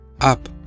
Up